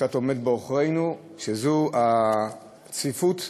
שקצת עומד בעוכרינו, וזה הצפיפות בכבישים.